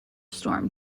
storm